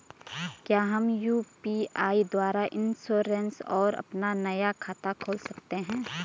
क्या हम यु.पी.आई द्वारा इन्श्योरेंस और अपना नया खाता खोल सकते हैं?